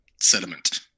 sediment